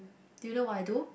do you know what I do